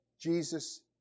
Jesus